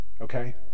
okay